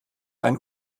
ein